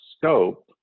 scope